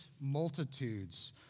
multitudes